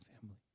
family